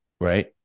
right